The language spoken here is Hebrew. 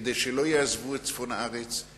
כדי שלא יעזבו את צפון הארץ,